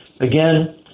again